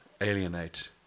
alienate